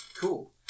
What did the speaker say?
Cool